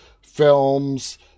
films